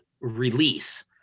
release